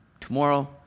tomorrow